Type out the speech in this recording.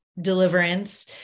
deliverance